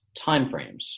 timeframes